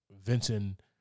Vincent